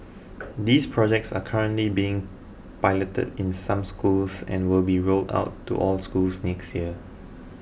these projects are currently being piloted in some schools and will be rolled out to all schools next year